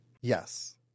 Yes